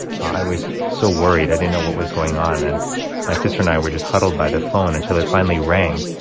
i was so worried. i didn't know what was going on, and my sister and i were just huddled by the phone until it finally rang.